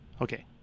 Okay